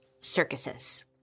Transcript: circuses